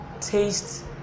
taste